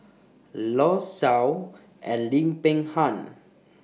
law Shau and Lim Peng Han